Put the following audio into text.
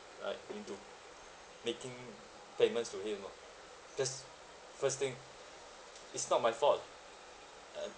right me to making payments to him ah because first thing it's not my fault and